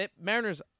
Mariners